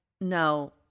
no